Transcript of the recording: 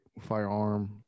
firearm